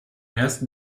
ersten